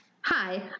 Hi